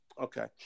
Okay